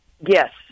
Yes